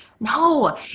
No